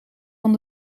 van